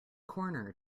corner